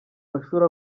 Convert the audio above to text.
mashuri